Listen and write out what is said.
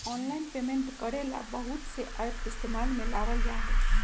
online payment करे ला बहुत से एप इस्तेमाल में लावल जा हई